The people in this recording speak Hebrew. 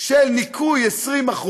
של ניכוי 20%,